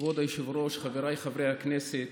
כבוד היושב-ראש, חבריי חברי הכנסת,